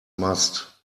must